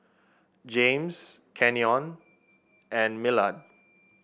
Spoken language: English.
James Canyon and Millard